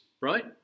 right